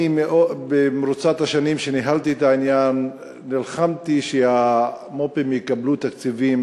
במרוצת השנים שניהלתי את העניין נלחמתי שהמו"פים יקבלו תקציבים,